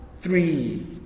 three